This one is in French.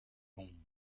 bon